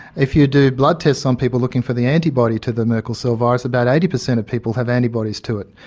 if you do blood tests on people looking for the antibody to the merkel cell virus, about eighty percent of people have antibodies to it.